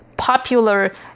popular